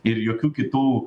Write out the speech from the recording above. ir jokių kitų